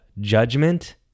judgment